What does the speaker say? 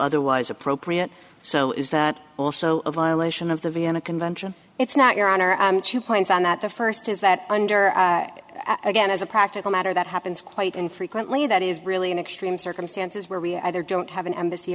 other was appropriate so is that also a violation of the vienna convention it's not your honor two points on that the first is that under again as a practical matter that happens quite infrequently that is really in extreme circumstances where we either don't have an embassy